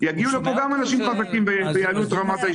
יגיעו לפה גם אנשים חזקים ויעלו את רמת היישוב.